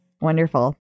Wonderful